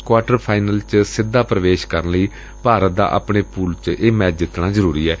quarter final ਚ ਸਿੱਧਾ ਪ੍ਰਵੇਸ਼ ਕਰਨ ਲਈ ਭਾਰਤ ਦਾ ਆਪਣੇ ਪੁਲ ਵਿਚ ਇਹ ਮੈਚ ਜਿੱਤਣਾ ਜ਼ਰੂਰੀ ਏ